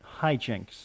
Hijinks